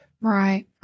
Right